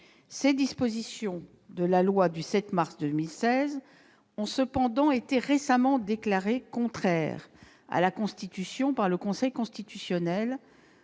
Cette disposition de la loi du 7 mars 2016 a cependant été récemment déclarée contraire à la Constitution par le Conseil constitutionnel